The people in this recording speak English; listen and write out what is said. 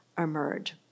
emerge